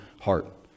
heart